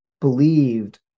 believed